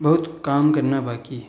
बहुत काम करना बाकी है